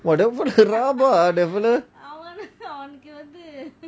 whatever that fella rabak lah that fella